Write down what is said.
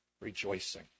rejoicing